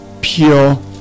pure